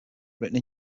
written